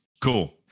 Cool